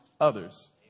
others